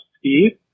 Steve